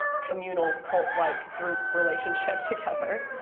communal, cult-like group relationship together.